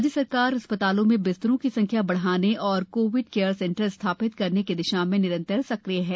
राज्य सरकार अस्धतालों में बिस्तरों की संख्या बढ़ाने और कोविड केयर सेंटर स्थापित करने की दिशा में निरंतर सक्रिय है